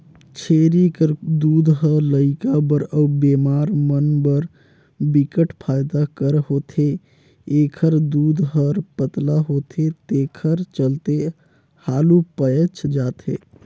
छेरी कर दूद ह लइका बर अउ बेमार मन बर बिकट फायदा कर होथे, एखर दूद हर पतला होथे तेखर चलते हालु पयच जाथे